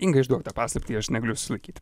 inga išduok tą paslaptį aš negaliu sulaikyt